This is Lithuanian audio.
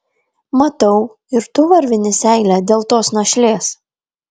matau ir tu varvini seilę dėl tos našlės